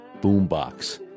boombox